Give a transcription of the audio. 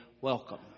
Welcome